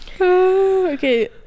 Okay